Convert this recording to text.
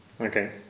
Okay